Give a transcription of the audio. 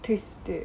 twisted